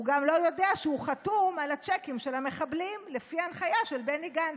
הוא גם לא יודע שהוא חתום על הצ'קים של המחבלים לפי הנחיה של בני גנץ.